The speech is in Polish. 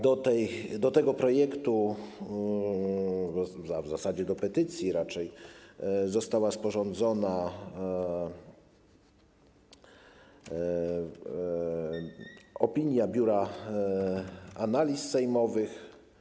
Do tego projektu w zasadzie do petycji raczej została sporządzona opinia Biura Analiz Sejmowych.